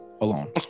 alone